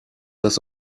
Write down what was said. das